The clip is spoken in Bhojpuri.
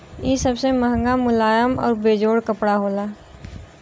इ सबसे मुलायम, महंगा आउर बेजोड़ कपड़ा होला